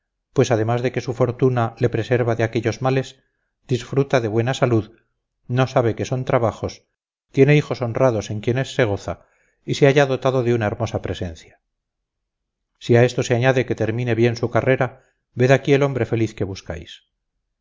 pues además de que su fortuna le preserva de aquellos males disfruta de buena salud no sabe qué son trabajos tiene hijos honrados en quienes se goza y se halla dotado de una hermosa presencia si a esto se añade que termine bien su carrera ved aquí el hombre feliz que buscáis